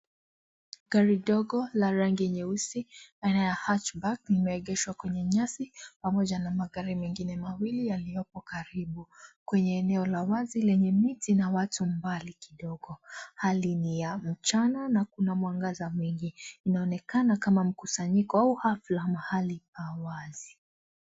Gari dogo la rangi nyeusi aina ya hatchback ,limeegeshwa kwenye nyasi pamoja na magari mengine mawili yaliopo karibu. Kwenye eneo la wazi lenye miti na watu mbali kidogo. Hali ni ya mchana na kuna mwangaza mwingi. Inaonekana kama mkusanyiko au hafla mahali pa wazi.